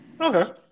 Okay